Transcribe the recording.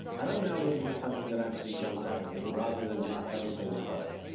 and i'm now looking for something that actually jumps out at me rather than just every single product.